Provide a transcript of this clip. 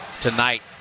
tonight